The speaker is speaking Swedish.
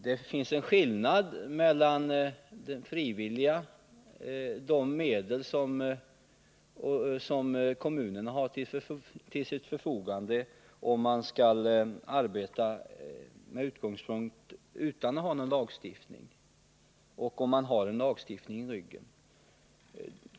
Det är skillnad mellan de medel som kommunerna har till sitt förfogande om de har en lagstiftning bakom ryggen och om de inte har det.